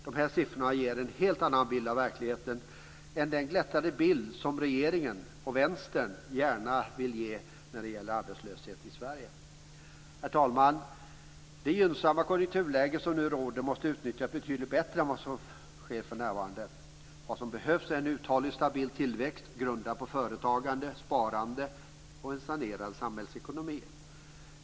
De här siffrorna ger en helt annan bild av verkligheten än den glättade bild som regeringen och Vänstern gärna vill ge när det gäller arbetslösheten i Sverige. Herr talman! Det gynnsamma konjunkturläge som nu råder måste utnyttjas betydligt bättre än vad som sker för närvarande. Vad som behövs är en uthållig och stabil tillväxt grundad på företagande, sparande och en sanerad samhällsekonomi.